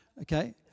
Okay